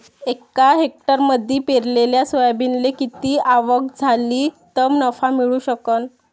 एका हेक्टरमंदी पेरलेल्या सोयाबीनले किती आवक झाली तं नफा मिळू शकन?